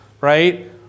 right